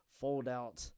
fold-out